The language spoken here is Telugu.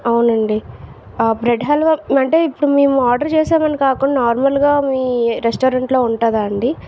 అవునండి ఆ బ్రెడ్ హల్వా అంటే ఇప్పుడు మేము ఆర్డర్ చేశామని కాకుండా నార్మల్గా మీ రెస్టారెంట్లో ఉంటుందా అండీ